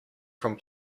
from